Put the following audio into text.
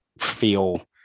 feel